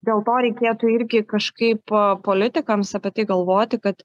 dėl to reikėtų irgi kažkaip politikams apie tai galvoti kad